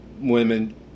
women